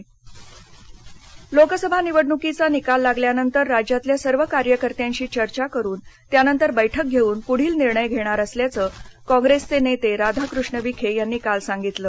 राधाकृष्ण विखे पाटीलः लोकसभा निवडण्कीचा निकाल लागल्यानंतर राज्यातल्या सर्व कार्यकर्त्यांशी चर्चा करून त्यानंतर बैठक घेऊन पुढील निर्णय घेणार असल्याचं काँप्रेसचे नेते राधाकृष्ण विखे यांनी काल सांगितलं